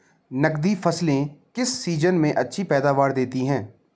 नकदी फसलें किस सीजन में अच्छी पैदावार देतीं हैं?